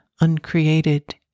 uncreated